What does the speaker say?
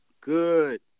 good